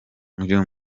uyu